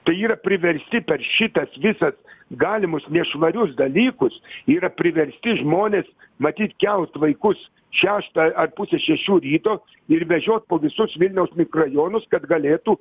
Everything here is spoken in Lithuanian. tai yra priversti per šitas visas galimus nešvarius dalykus yra priversti žmonės matyt kelt vaikus šeštą ar pusę šešių ryto ir vežiot po visus vilniaus mikrajonus kad galėtų